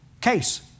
case